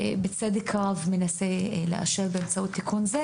בצדק רב מנסה לאשר באמצעות תיקון זה